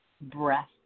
breath